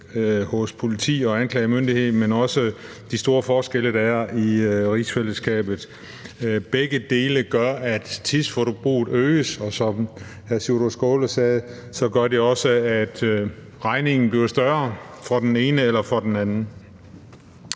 hos politi og anklagemyndighed, men der er også de store forskelle, der er i rigsfællesskabet. Begge dele gør, at tidsforbruget øges, og som hr. Sjúrður Skaale sagde, gør det også, at regningen bliver større for den ene eller den anden.